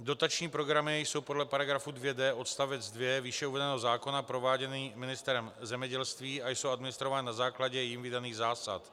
Dotační programy jsou podle § 2d odst. 2 výše uvedeného zákona prováděny ministrem zemědělství a jsou administrovány na základě jím vydaných zásad.